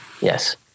Yes